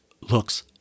looks